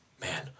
man